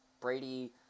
Brady